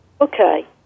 Okay